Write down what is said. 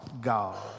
God